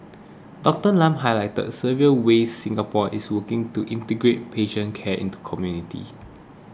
Doctor Lam highlighted several ways Singapore is working to integrate patient care into community